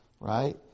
right